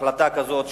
החלטה כזאת,